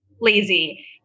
lazy